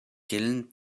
kiln